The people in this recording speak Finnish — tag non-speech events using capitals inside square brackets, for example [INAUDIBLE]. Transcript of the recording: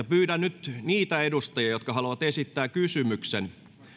[UNINTELLIGIBLE] pyydän nyt niitä edustajia jotka haluavat esittää kysymyksen